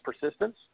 persistence